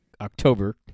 October